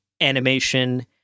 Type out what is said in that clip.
animation